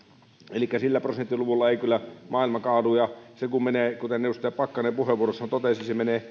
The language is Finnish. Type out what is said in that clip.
elikkä sillä prosenttiluvulla ei kyllä maailma kaadu ja kun se menee kuten edustaja pakkanen puheenvuorossaan totesi